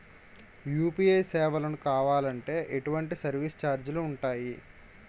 UPI సేవలను కావాలి అంటే ఎటువంటి సర్విస్ ఛార్జీలు ఉంటాయి?